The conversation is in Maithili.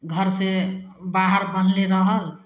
घर से बाहर बन्हले रहल